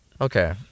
Okay